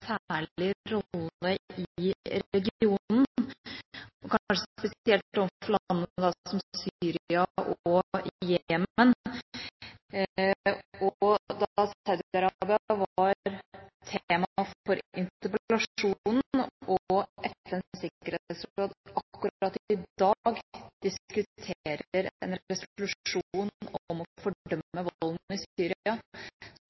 særlig rolle i regionen, kanskje spesielt overfor land som Syria og Jemen. Da Saudi-Arabia var tema for interpellasjonen, og FNs sikkerhetsråd akkurat i dag diskuterer en resolusjon om å